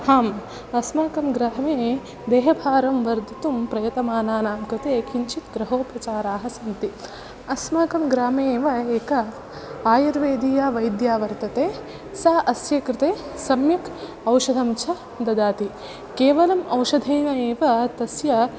आम् अस्माकं ग्रामे देहभारं वर्धितुं प्रयतमानां कृते किञ्चित् गृहोपचाराः सन्ति अस्माकं ग्रामे एव एक आयुर्वेदीया वैद्या वर्तते सा अस्य कृते सम्यक् औषधं च ददाति केवलम् औषधेन एव तस्य